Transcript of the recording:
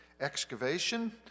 excavation